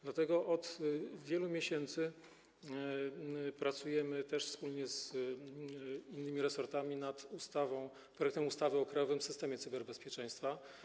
Dlatego od wielu miesięcy pracujemy wspólnie z innymi resortami nad projektem ustawy o Krajowym Systemie Cyberbezpieczeństwa.